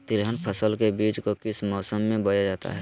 तिलहन फसल के बीज को किस मौसम में बोया जाता है?